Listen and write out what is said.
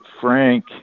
Frank